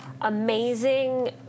amazing